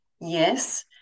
yes